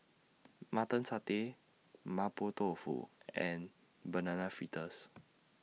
Mutton Satay Mapo Tofu and Banana Fritters